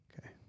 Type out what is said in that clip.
Okay